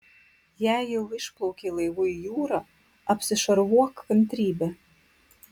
jei jau išplaukei laivu į jūrą apsišarvuok kantrybe